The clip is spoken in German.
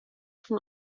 von